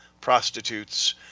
prostitutes